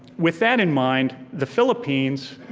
with that in mind, the philippines,